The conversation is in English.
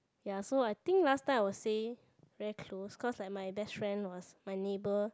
ya so I think last time I would say very close cause my best friend was my neighbour